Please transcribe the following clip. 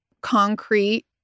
concrete